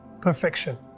perfection